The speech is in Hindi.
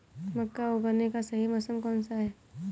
मक्का उगाने का सही मौसम कौनसा है?